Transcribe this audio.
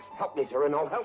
help me cyrano, help